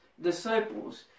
disciples